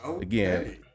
Again